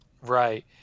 Right